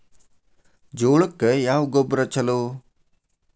ಜೋಳಕ್ಕ ಯಾವ ಗೊಬ್ಬರ ಛಲೋ?